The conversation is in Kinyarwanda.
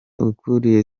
ukuriye